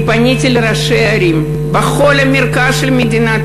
פניתי לראשי ערים בכל המרכז של מדינת